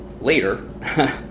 later